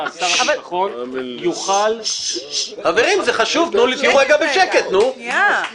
ושר הביטחון יוכל לקבל את חוות הדעת של הגורמים הרלוונטיים